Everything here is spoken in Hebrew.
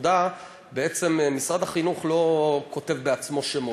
בעצם משרד החינוך לא כותב בעצמו את השמות.